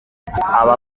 aba